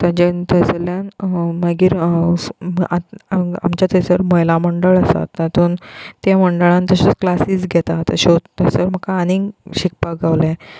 तांच्यांनी थंयसल्ल्यान मागीर आतां हांगा आमच्या थंयसर महिला मंडळ आसा तातून त्या मंडळांत तशेंच क्लासीस घेतात तश्योच थंयसर म्हाका आनीक शिकपाक गावलें